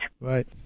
Right